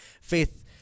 faith